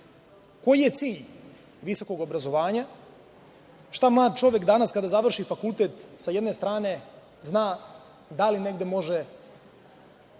Koji je cilj visokog obrazovanja? Šta mlad čovek danas kada završi fakultet sa jedne strane zna da li negde može